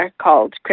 called